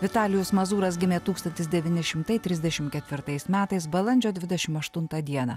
vitalijus mazūras gimė tūkstantis devyni šimtai trisdešimt ketvirtais metais balandžio dvidešimt aštuntą dieną